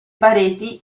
pareti